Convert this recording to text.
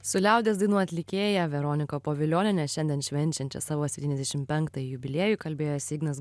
su liaudies dainų atlikėja veronika povilioniene šiandien švenčiančią savo septyniasdešim penktąjį jubiliejų kalbėjosi ignas